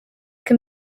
can